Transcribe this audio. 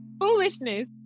foolishness